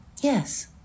Yes